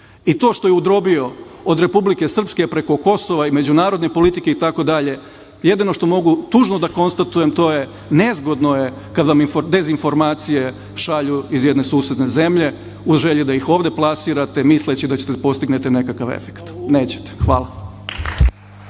i to što je udrobio od Republike Srpske preko Kosova i međunarodne politike i tako dalje, jedino što mogu tužno da konstatujem to je, nezgodno je kada vam dezinformacije šalju iz jedne susedne zemlje u želji da ih ovde plasirate misleći da ćete da postignete nekakav efekat. Nećete. Hvala